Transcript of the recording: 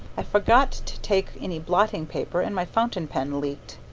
i forgot to take any blotting paper and my fountain pen leaked.